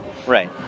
Right